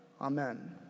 Amen